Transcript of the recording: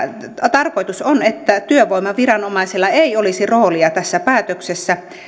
tarkoitus on että työvoimaviranomaisella ei olisi roolia tässä päätöksessä